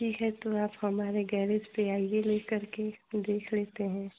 ठीक है तो आप हमारे गैरेज पर आइए लेकर के देख लेते हैं